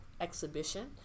exhibition